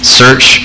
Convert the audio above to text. search